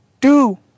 two